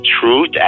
truth